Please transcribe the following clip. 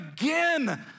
again